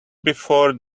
before